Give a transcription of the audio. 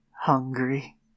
Hungry